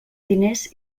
diners